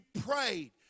prayed